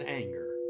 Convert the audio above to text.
anger